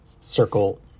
circle